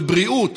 בבריאות,